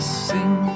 sing